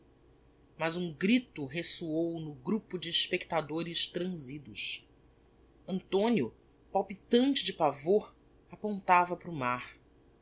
mas um grito resoou no grupo de espectadores transidos antonio palpitante de pavor apontava para o mar